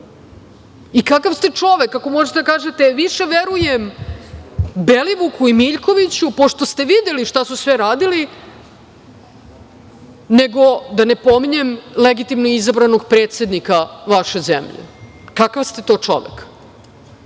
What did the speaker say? Kakav ste čovek ako možete da kažete više verujem Belivuku i Miljkoviću, pošto ste videli šta su sve radili, nego da ne pominjem legitimno izabranog predsednika vaše zemlje? Kakav ste to čovek?